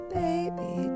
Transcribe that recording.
baby